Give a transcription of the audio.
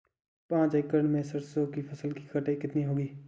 पांच एकड़ में सरसों की फसल की कटाई कितनी होगी?